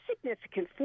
significant